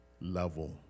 level